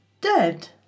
dead